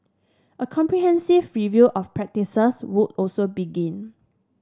a comprehensive review of practices would also begin